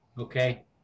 okay